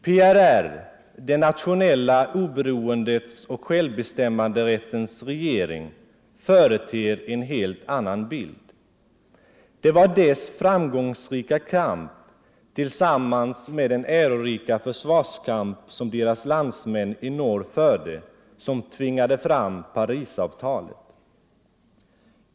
PRR -— det nationella oberoendets och självbestämmanderättens regering företer en helt annan bild. Det var dess framgångsrika kamp, tillsammans med den ärorika försvarskamp som landsmännen i norr förde, som tvingade fram Parisavtalet.